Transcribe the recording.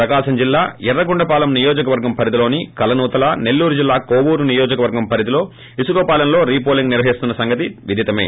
ప్రకాశం జిల్లా యర్రగొండపాలెం నియోజకవర్గం పరిధిలోని కలనూతల నెల్లూరు జిల్లా కోవూరు నియోజకవర్గం పరిధిలో ఇసుకపాలెంలో రీ పోలింగ్ నిర్వహిస్తున్న సంగతి విదితమే